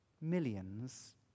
Millions